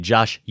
Josh